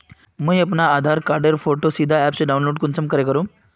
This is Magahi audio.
मुई अपना आधार कार्ड खानेर फोटो सीधे ऐप से डाउनलोड कुंसम करे करूम?